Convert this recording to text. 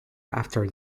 after